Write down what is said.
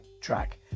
track